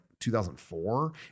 2004